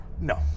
No